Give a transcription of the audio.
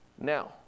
Now